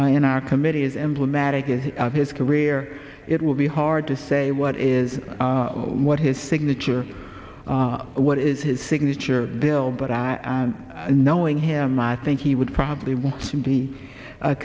in our committee is emblematic of his career it will be hard to say what is what his signature what is his signature bill but i knowing him i think he would probably want to